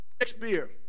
Shakespeare